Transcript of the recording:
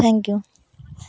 thank you